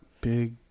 big